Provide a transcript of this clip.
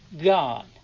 God